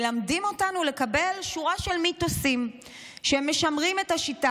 מלמדים אותנו לקבל שורה של מיתוסים שמשמרים את השיטה